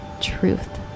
truth